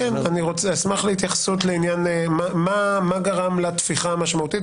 אשמח להתייחסות לעניין מה גרם לתפיחה המשמעותית.